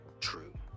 true